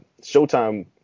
Showtime